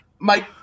Mike